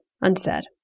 unsaid